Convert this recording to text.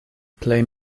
plej